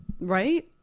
Right